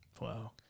Wow